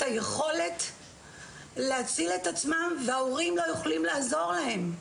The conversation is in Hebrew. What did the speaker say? היכולת להציל את עצמן וההורים לא יכולים לעזור להן.